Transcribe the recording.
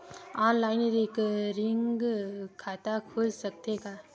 Online recurring खाता खुल सकथे का?